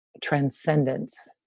transcendence